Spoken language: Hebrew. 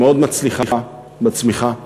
שמאוד מצליחה בצמיחה,